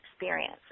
experience